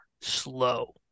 slow